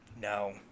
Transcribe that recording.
No